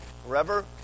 forever